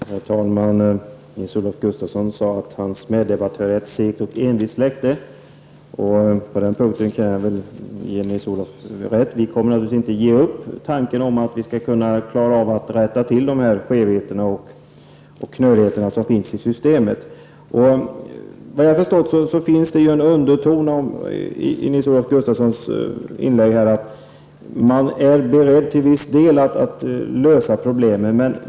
Herr talman! Nils-Olof Gustafsson sade att hans meddebattörer var ett segt och envist släkte. På den punkten kan jag ge honom rätt. Vi kommer naturligtvis inte att ge upp tanken på att klara av att rätta till de skevheter och knöligheter som finns i systemet. Såvitt jag har förstått finns det en underton i Nils Olof Gustafssons inlägg, nämligen att man till viss del är beredd att lösa problemen.